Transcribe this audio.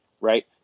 right